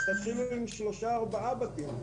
אז תתחילו עם שלושה, ארבעה בתים.